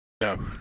No